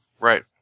Right